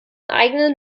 eigenen